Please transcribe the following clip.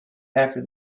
after